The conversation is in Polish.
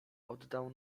oddał